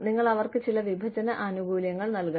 നിങ്ങൾ അവർക്ക് ചില വിഭജന ആനുകൂല്യങ്ങൾ നൽകണം